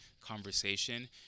conversation